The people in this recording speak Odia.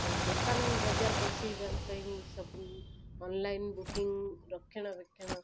ଆଉ ଦୋକାନ ବଜାର ବସାଇବା ପାଇଁ ସବୁ ଅନଲାଇନ୍ ବୁକିଙ୍ଗ୍ ରକ୍ଷଣାବେକ୍ଷଣ